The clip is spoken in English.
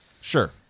Sure